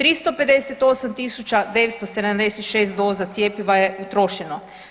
358 976 doza cjepiva je utrošeno.